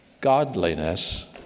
godliness